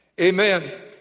amen